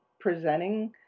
presenting